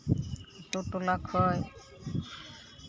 ᱟᱹᱛᱩ ᱴᱚᱞᱟ ᱠᱷᱚᱱ